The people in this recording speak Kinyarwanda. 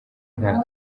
nta